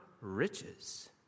riches